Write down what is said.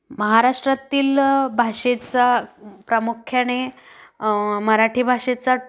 महाराष्ट्रातील भाषेचा प्रामुख्याने मराठी भाषेचा